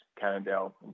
Cannondale